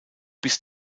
bis